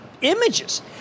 images